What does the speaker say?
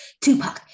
Tupac